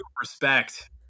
respect